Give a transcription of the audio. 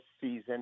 season